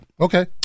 Okay